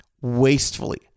wastefully